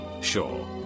Sure